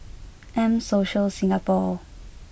M Social Singapore